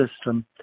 system